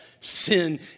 sin